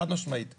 חד משמעית.